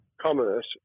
commerce